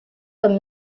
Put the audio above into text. comme